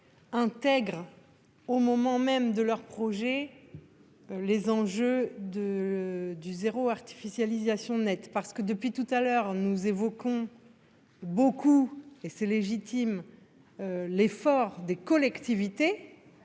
Intègre. Au moment même de leur projet. Les enjeux de du zéro artificialisation nette parce que depuis tout à l'heure nous évoquons. Beaucoup et c'est légitime. L'effort des collectivités.